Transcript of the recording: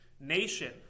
nation